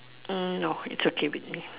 mm no it's okay with me